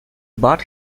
bought